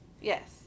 Yes